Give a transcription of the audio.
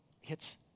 hits